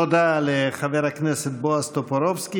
תודה לחבר הכנסת בועז טופורובסקי.